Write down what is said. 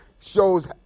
shows